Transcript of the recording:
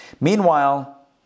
Meanwhile